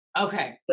Okay